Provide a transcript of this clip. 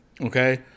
okay